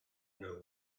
know